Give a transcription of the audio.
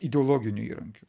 ideologiniu įrankiu